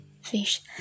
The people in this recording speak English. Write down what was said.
Fish